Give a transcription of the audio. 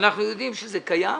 אנחנו יודעים שזה קיים.